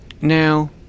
now